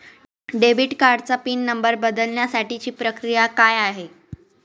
Debit कार्डचा pin number बदलण्यासाठीची प्रक्रिया काय आहे?